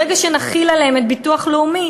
ברגע שנחיל עליהם את חוק ביטוח לאומי,